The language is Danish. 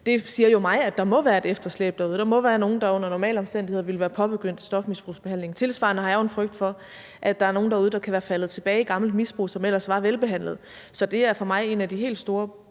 Det siger jo mig, at der må være et efterslæb derude og der må være nogen, der under normale omstændigheder ville være påbegyndt stofmisbrugsbehandling. Tilsvarende har jeg jo en frygt for, at der er nogle derude, der kan være faldet tilbage i gammelt misbrug, som ellers var velbehandlede. Så det er for mig en af de helt store